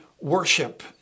worship